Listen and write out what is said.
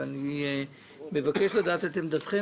ואני מבקש לדעת את עמדתכם